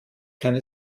keine